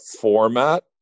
format